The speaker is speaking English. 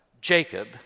Jacob